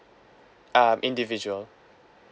um individual